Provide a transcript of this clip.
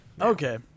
Okay